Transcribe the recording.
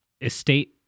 estate